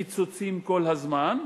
קיצוצים כל הזמן,